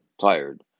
tired